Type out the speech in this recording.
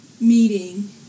meeting